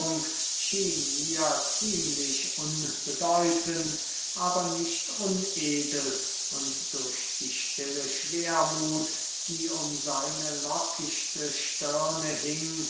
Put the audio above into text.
mir ziemlich unbedeutend aber nicht unedel und durch die stille schwermuth die um seine lockichte stirne hing